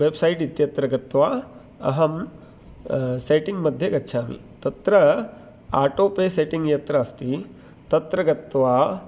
website इत्यत्र गत्वा अहं सेट्टिङ्ग् मध्ये गच्छामि तत्र आटो पे सेट्टिङ्ग् यत्र अस्ति तत्र गत्वा